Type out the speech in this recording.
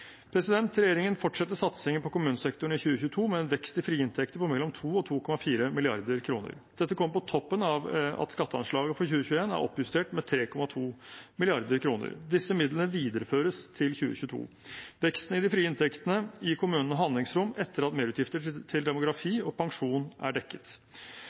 Regjeringen fortsetter satsingen på kommunesektoren i 2022 med en vekst i frie inntekter på mellom 2 og 2,4 mrd. kr. Dette kommer på toppen av at skatteanslaget for 2021 er oppjustert med 3,2 mrd. kr. Disse midlene videreføres til 2022. Veksten i de frie inntektene gir kommunene handlingsrom etter at merutgifter til demografi og pensjon er dekket.